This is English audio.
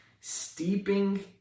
steeping